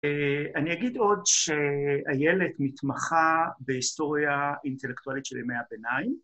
אני אגיד עוד שאיילת מתמחה בהיסטוריה אינטלקטואלית של ימי הביניים.